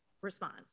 response